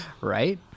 Right